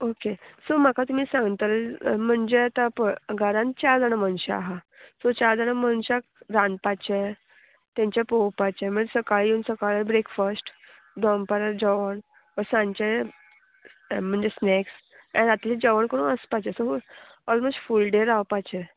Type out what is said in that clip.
okay so म्हाका तुमी सांगतले म्हणजे आतां पळय घरान चार जाणां मनशां आहा सो चार जाणां मनशाक रांदपाचें तेंचें पळोवपाचें मागीर सकाळीं येवन सकाळीं ब्रेकफास्ट दोनपारा जेवण सांजचें म्हणजे स्नॅक्स आनी राती जेवण करून वसपाचें सो ऑलमोस्ट फूल डे रावपाचें